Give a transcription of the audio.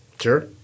Sure